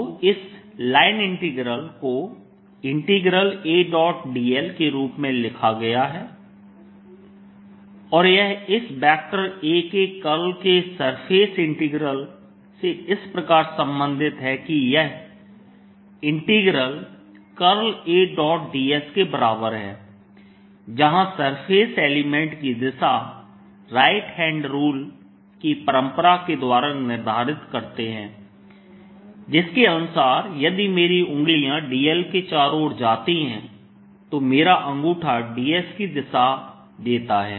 तो इस line integral को Adl के रूप में लिखा गया है और यह इस वेक्टर A के कर्ल के सरफेस इंटीग्रल से इस प्रकार संबंधित है कि यह Ads के बराबर है जहां सरफेस एलिमेंट की दिशा राइट हैंड रूल की परंपरा के द्वारा निर्धारित करते हैं जिसके अनुसार यदि मेरी उंगलियां dl के चारों ओर जाती हैं तो मेरा अंगूठा ds की दिशा देता है